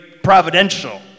providential